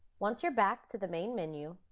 once you're back to the main menu,